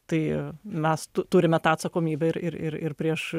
tai mes tu turime tą atsakomybę ir ir ir prieš